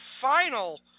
final